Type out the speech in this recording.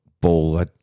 ball